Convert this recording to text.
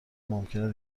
ممکنه